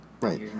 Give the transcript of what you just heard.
Right